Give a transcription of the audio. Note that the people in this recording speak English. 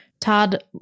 Todd